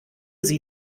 sie